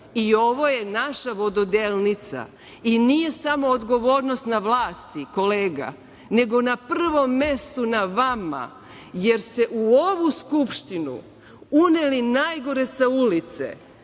i ovo je naša vododelnica. Nije samo odgovornost na vlasti, kolega, nego na prvom mestu na vama, jer ste u ovu Skupštinu uneli najgore sa ulice,